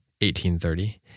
1830